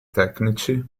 tecnici